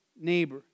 neighbor